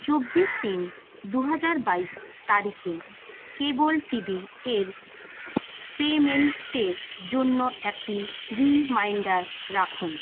চব্বিশ তিন দু হাজার বাইশ তারিখে কেবল টিভি এর পেমেন্টের জন্য একটি রিমাইন্ডার রাখুন